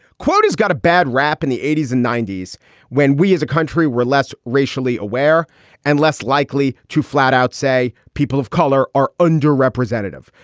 quote has got a bad rap in the eighty s and ninety s when we as a country were less racially aware and less likely to flat out say people of color are under representative.